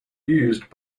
used